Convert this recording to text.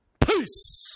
Peace